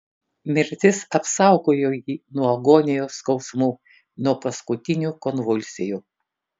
mirtis apsaugojo jį nuo agonijos skausmų nuo paskutinių konvulsijų